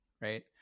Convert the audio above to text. Right